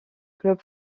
club